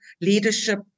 leadership